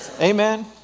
Amen